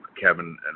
Kevin